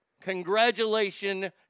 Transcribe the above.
Congratulations